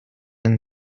and